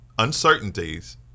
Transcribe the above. uncertainties